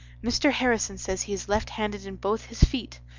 mr. harrison says he is left handed in both his feet.